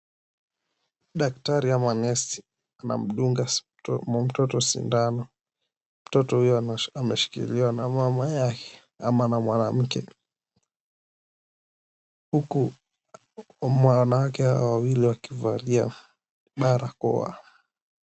Daktari ama nesi anamdunga mtoto sindano. Mtoto huyo ameshikiliwa na mama yake ama na mwanamke huku wanawake wawili wakivalia barakoa.